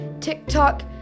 TikTok